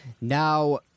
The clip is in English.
Now